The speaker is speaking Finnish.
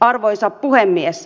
arvoisa puhemies